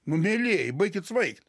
nu mielieji baikit svaigt